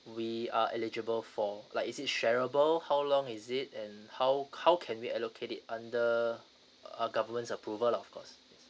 we are eligible for like is it shareable how long is it and how how can we allocate it under uh government approval lah of course